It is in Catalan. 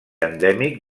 endèmic